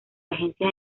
agencias